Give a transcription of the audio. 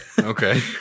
okay